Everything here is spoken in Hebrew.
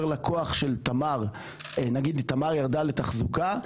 נגיד תמר ירדה לתחזוקה,